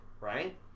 right